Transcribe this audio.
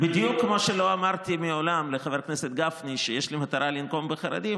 בדיוק כמו שלא אמרתי מעולם לחבר הכנסת גפני שיש לי מטרה לנקום בחרדים,